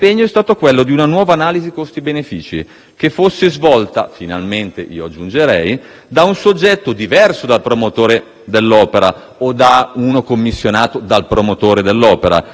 che fosse svolta - finalmente, aggiungerei - da un soggetto diverso dal promotore dell'opera o da un soggetto da esso commissionato, a differenza quindi di quanto avvenuto in precedenza;